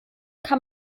kann